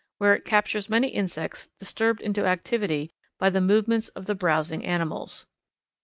where it captures many insects disturbed into activity by the movements of the browsing animals.